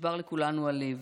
נשבר לכולנו הלב.